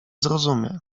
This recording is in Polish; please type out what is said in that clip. zrozumie